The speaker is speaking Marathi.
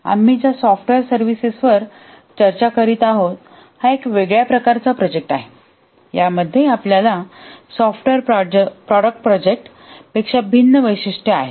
आम्ही ज्या सॉफ्टवेअर सर्व्हिसेसवर चर्चा करीत आहोत हा एक वेगळ्या प्रकारचा प्रोजेक्ट आहे यामध्ये सॉफ्टवेअर प्रॉडक्ट प्रोजेक्ट पेक्षा भिन्न वैशिष्ट्ये आहेत